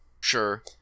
Sure